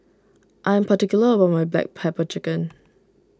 I am particular about my Black Pepper Chicken